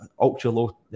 ultra-low